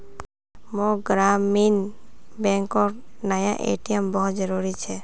मोक ग्रामीण बैंकोक नया ए.टी.एम बहुत जरूरी छे